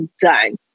done